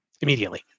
immediately